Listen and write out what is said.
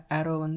arrow